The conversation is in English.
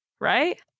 Right